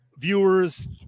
viewers